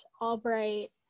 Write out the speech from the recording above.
Albright